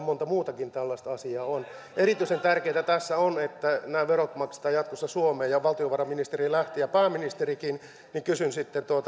monta muutakin tällaista asiaa on erityisen tärkeää tässä on että nämä verot maksetaan jatkossa suomeen valtiovarainministeri lähti ja pääministerikin niin että kysyn sitten